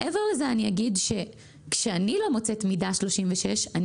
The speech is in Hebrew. מעבר לזה אני אגיד כשאני לא מוצאת מידה 36 אני